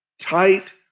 tight